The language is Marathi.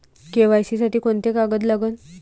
के.वाय.सी साठी कोंते कागद लागन?